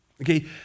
Okay